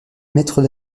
mètres